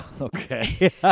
Okay